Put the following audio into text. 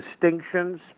distinctions